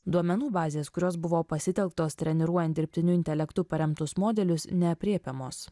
duomenų bazės kurios buvo pasitelktos treniruojant dirbtiniu intelektu paremtus modelius neaprėpiamos